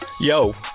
Yo